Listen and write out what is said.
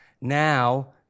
now